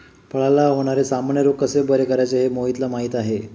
फळांला होणारे सामान्य रोग कसे बरे करायचे हे मोहितला माहीती आहे